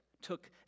took